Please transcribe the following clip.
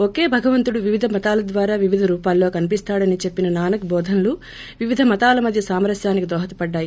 ఒకే భగవంతుడు వివిధ మతాల దాదా ల్లా వివిధ రూపాల్లో కనిపిస్తోడని చెప్పిన నానక్ బోధనలు వివిధ మతాల మధ్య సామరస్వానికి దోహదపడ్లాయి